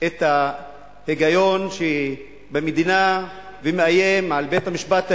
את ההיגיון שבמדינה ומאיים על בית-המשפט העליון.